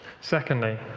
Secondly